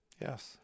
Yes